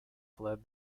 fled